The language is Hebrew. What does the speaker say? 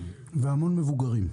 והמון מבוגרים.